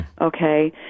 okay